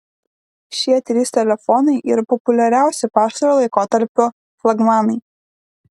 šie trys telefonai yra populiariausi pastarojo laikotarpio flagmanai